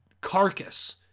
carcass